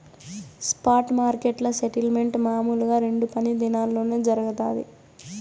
spot మార్కెట్ల settlement మామూలుగా రెండు పని దినాల్లోనే జరగతాది